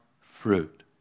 fruit